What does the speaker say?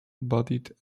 bodied